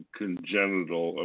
congenital